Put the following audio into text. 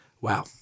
Wow